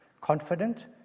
confident